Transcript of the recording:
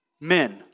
men